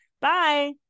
Bye